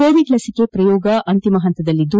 Covid ಲಸಿಕೆ ಶ್ರಯೋಗ ಅಂತಿಮ ಹಂತದಲ್ಲಿದ್ದು